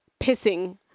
pissing